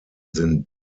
sind